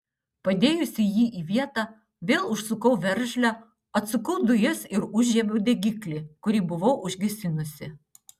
padėjusi jį į vietą vėl užsukau veržlę atsukau dujas ir užžiebiau degiklį kurį buvau užgesinusi